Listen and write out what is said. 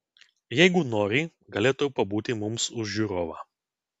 jeigu nori galėtų pabūti mums už žiūrovą